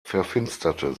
verfinsterte